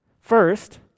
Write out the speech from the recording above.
First